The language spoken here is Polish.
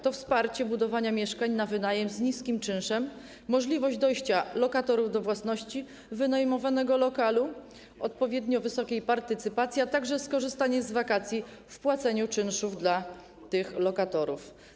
To wsparcie budowania mieszkań na wynajem z niskim czynszem, możliwość dojścia lokatorów do własności wynajmowanego lokalu, odpowiednio wysokiej partycypacji, a także skorzystanie z wakacji w płaceniu czynszów dla tych lokatorów.